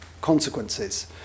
consequences